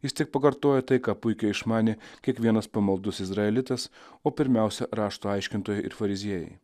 jis tik pakartojo tai ką puikiai išmanė kiekvienas pamaldus izraelitas o pirmiausia rašto aiškintojai ir fariziejai